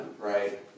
right